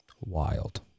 Wild